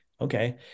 Okay